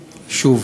שוב,